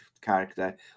character